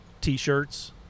T-shirts